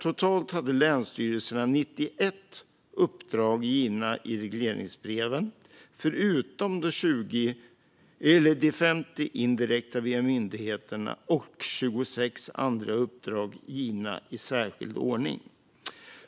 Totalt hade länsstyrelserna 91 uppdrag givna i regleringsbreven 2022, förutom de 50 indirekta via myndigheter och 26 andra uppdrag givna i särskild ordning.